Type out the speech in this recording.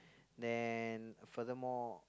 then furthermore